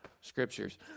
scriptures